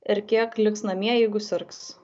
ir kiek liks namie jeigu sirgs